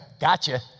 Gotcha